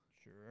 Sure